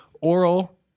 Oral